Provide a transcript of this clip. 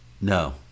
No